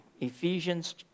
Ephesians